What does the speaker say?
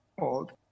old